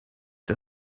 der